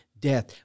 death